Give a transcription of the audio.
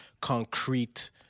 concrete